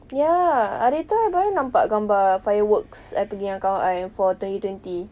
ya hari itu I baru nampak gambar fireworks I pergi dengan kawan I for twenty twenty